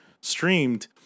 streamed